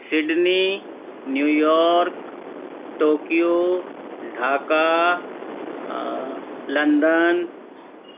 Sydney New York Tokyo Dhaka London